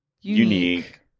unique